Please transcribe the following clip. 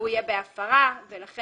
והוא